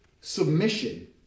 Submission